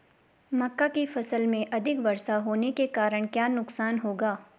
मक्का की फसल में अधिक वर्षा होने के कारण क्या नुकसान होगा?